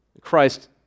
Christ